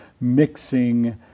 mixing